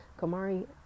Kamari